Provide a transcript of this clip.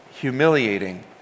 humiliating